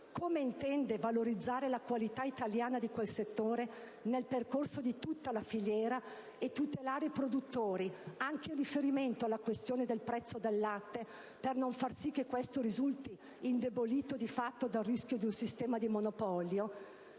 Come intende valorizzare la qualità italiana di quel settore nel percorso di tutta la filiera e tutelare i produttori, anche in riferimento prezzo del latte, per non far sì che questo risulti indeboliti di fatto dal rischio di un sistema di monopolio?